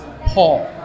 Paul